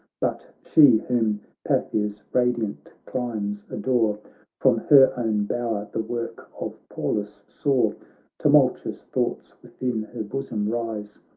but she whom paphia's radiant climes adore from her own bower the work of pallas saw tumultuous thoughts within her bosom rise,